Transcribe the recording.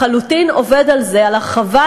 לחלוטין עובד על זה, על הרחבת